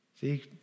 See